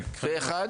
פה אחד.